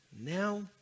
Now